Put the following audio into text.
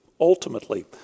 Ultimately